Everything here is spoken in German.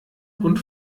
und